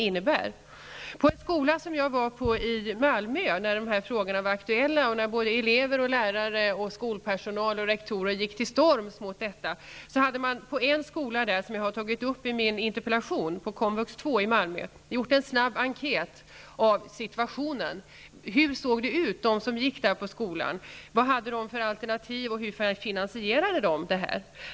Jag besökte en skola i Malmö när de här frågorna var aktuella. Där gick elever, lärare, rektorer och övrig skolpersonal till storms mot förslaget. På komvux 2 i Malmö, som jag har tagit upp i min interpellation, hade man gjort en snabb enkät för att undersöka vad de som gick på skolan hade för alternativ och hur de finansierade sina studier.